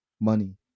Money